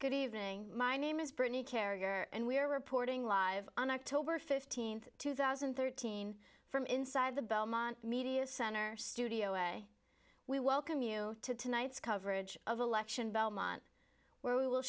good evening my name is brittany carrier and we are reporting live on october fifteenth two thousand and thirteen from inside the belmont media center studio a we welcome you to tonight's coverage of election belmont where we will